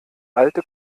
alte